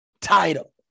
title